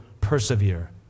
persevere